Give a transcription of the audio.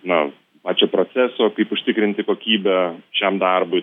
na pačio proceso kaip užtikrinti kokybę šiam darbui